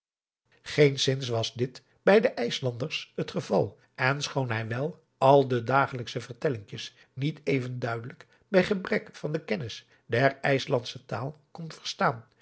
geenszins was dit bij de ijslanders het geval en schoon hij wel al de dagelijksche vertellingjes niet even duidelijk bij gebrek van de kennis der ijslandsche taal kon verstaan